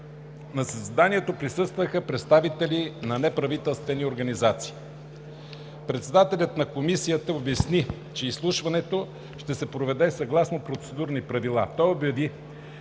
На заседанието присъстваха представители на неправителствени организации. Председателят на Комисията обясни, че изслушването ще се проведе съгласно Процедурните правила.